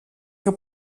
que